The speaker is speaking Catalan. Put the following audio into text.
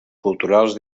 culturals